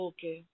Okay